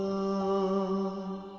o